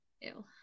Ew